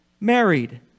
married